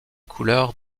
couleurs